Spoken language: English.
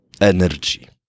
energy